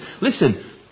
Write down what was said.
listen